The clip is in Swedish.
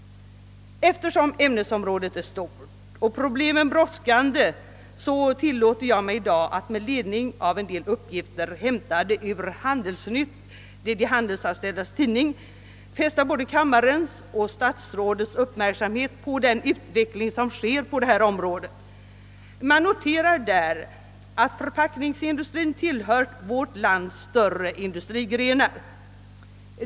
Eftersom ämnesområdet är stort och problemen brådskande tillåter jag mig i dag att med ledning av en del uppgifter som är hämtade ur Handelsnytt — de handelsanställdas tidning — fästa både kammarledamöternas och statsrådets uppmärksamhet på den utveckling som sker på detta område. Man noterar där att förpackningsindustrien tillhör vårt lands större industrigrenar.